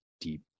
deep